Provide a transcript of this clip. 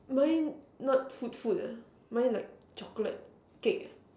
mine not food food ah mine like chocolate cake ah